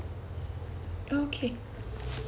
okay